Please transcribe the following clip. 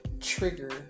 trigger